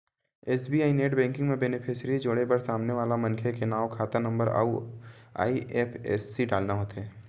SBI net banking म beneficiary जोड़े बर सामने वाला मनखे के नांव, खाता नंबर अउ आई.एफ.एस.सी डालना होथे